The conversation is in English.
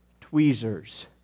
tweezers